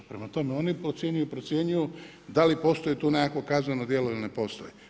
Prema tome oni podcjenjuju i procjenjuju da li postoji tu nekakvo kazneno djelo ili ne postoji.